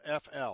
FL